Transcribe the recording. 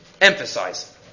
emphasize